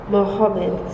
Mohammed